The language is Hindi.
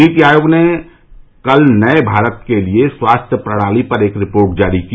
नीति आयोग ने कल नए भारत के लिए स्वास्थ्य प्रणाली पर एक रिपोर्ट जारी की